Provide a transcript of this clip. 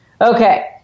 Okay